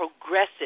progressive